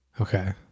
Okay